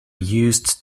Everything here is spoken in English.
used